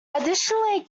additionally